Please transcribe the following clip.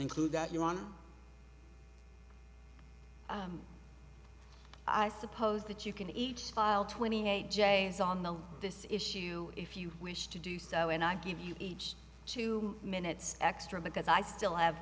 include that you want i suppose that you can each file twenty eight days on this issue if you wish to do so and i give you each two minutes extra because i still have